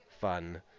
fun